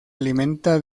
alimenta